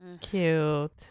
Cute